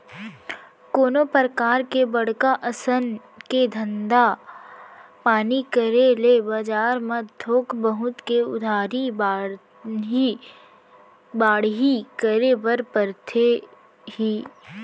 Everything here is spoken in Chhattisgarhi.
कोनो परकार के बड़का असन के धंधा पानी करे ले बजार म थोक बहुत के उधारी बाड़ही करे बर परथे ही